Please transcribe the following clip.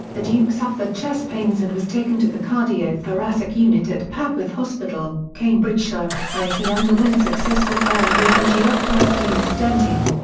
the duke suffered chest pains and was taken to the cardio-thoracic unit at papworth hospital, cambridgeshire, where he underwent successful coronary angioplasty and stenting.